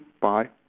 Bye